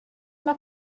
mae